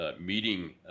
meeting